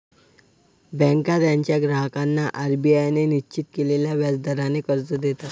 बँका त्यांच्या ग्राहकांना आर.बी.आय ने निश्चित केलेल्या व्याज दराने कर्ज देतात